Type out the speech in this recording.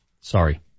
Sorry